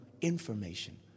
information